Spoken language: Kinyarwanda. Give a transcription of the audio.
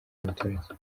y’abaturage